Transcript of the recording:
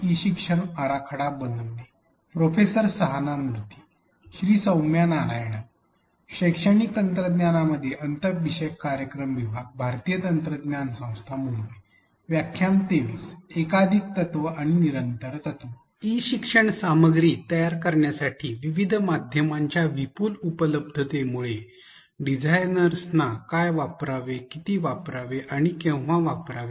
E शिक्षण सामग्री तयार करण्यासाठी विविध माध्यमांच्या विपुल उपलब्धतेमुळे डिझाइनर्सना काय वापरावे किती वापरावे आणि केव्हा वापरावे